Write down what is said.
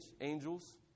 Angels